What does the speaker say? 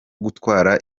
gutwara